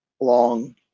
long